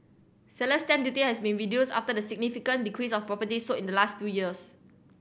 seller's stamp duty has been reduced after the significant decrease of properties sold in the last few years